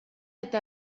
eta